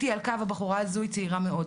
הבחורה הזו היא צעירה מאוד.